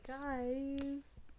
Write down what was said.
guys